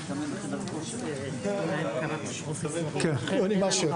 10:32. .